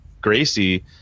Gracie